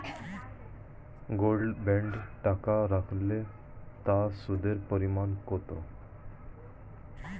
Gold বন্ডে টাকা রাখলে তা সুদের পরিমাণ কত?